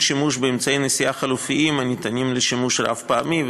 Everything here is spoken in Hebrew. שימוש באמצעי נשיאה חלופיים הניתנים לשימוש רב-פעמי,